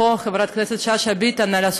חברת הכנסת יפעת שאשא ביטון איננה פה,